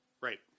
Right